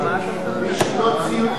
אני מבטיח לך שדני יגיד לך: הוא קרא את